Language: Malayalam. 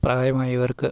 പ്രായമായവർക്ക്